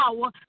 power